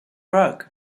rug